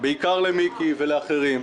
בעיקר למיקי ולאחרים.